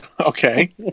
Okay